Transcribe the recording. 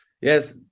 yes